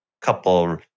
couple